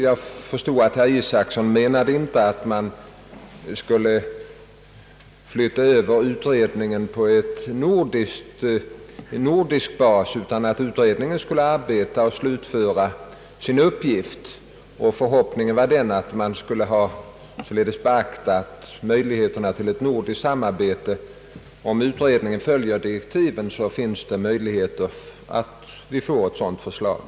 Jag förstod dock att herr Isacson inte menade, att utredningen skulle föras över på nordisk bas, utan att den skulle arbeta vidare och slutföra sin uppgift, och hans förhoppning var att man skulle beakta möjligheterna till ett nordiskt samarbete. Om utredningen följer direktiven, finns det möjligheter att vi får ett sådant förslag.